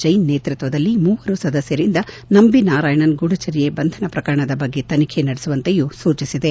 ಜೈನ್ ನೇತೃತ್ವದಲ್ಲಿ ಮೂವರು ಸದಸ್ಕರಿಂದ ನಂಬಿ ನಾರಾಯಣನ್ ಗೂಢಚರ್ಯೆ ಬಂಧನ ಪ್ರಕರಣದ ಬಗ್ಗೆ ತನಿಖೆ ನಡೆಸುವಂತೆಯೂ ನ್ವಾಯಾಲಯ ಸೂಚಿಸಿದೆ